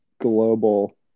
global